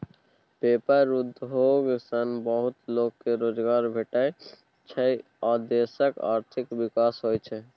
paper उद्योग सँ बहुत लोक केँ रोजगार भेटै छै आ देशक आर्थिक विकास होइ छै